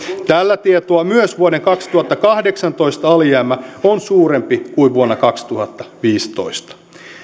tällä tietoa myös vuoden kaksituhattakahdeksantoista alijäämä on suurempi kuin vuonna kaksituhattaviisitoista